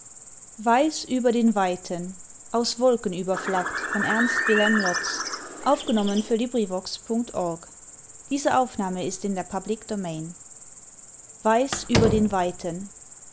über den weiten weiß über den weiten